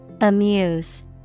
Amuse